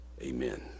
Amen